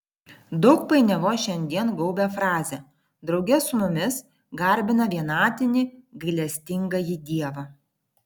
daug painiavos šiandien gaubia frazę drauge su mumis garbina vienatinį gailestingąjį dievą